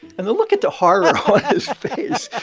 and the look at the horror on his face,